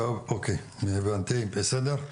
אוקיי, הבנתי, בסדר.